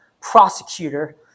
prosecutor